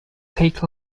take